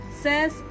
says